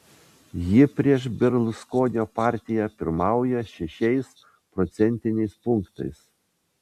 ji prieš berluskonio partiją pirmauja šešiais procentiniais punktais